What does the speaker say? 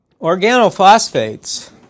organophosphates